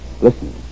Listen